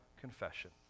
confession